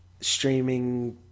streaming